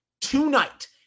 tonight